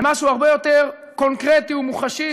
למשהו הרבה יותר קונקרטי ומוחשי,